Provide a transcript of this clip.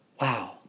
Wow